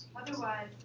Otherwise